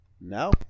No